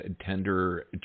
tender